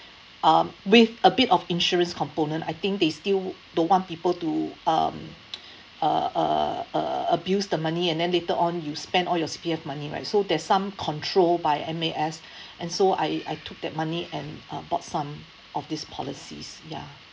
um with a bit of insurance component I think they still don't want people to um uh abuse the money and then later on you spend all your C_P_F money right so there's some control by M_A_S and so I I took that money and uh bought some of these policies ya